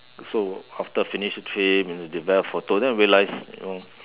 so after finish the trip and then develop the photo then I realised you know